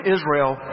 Israel